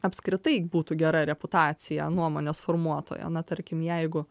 apskritai būtų gera reputacija nuomonės formuotojo na tarkim jeigu